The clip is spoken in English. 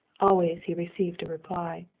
always he received a reply.